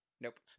Nope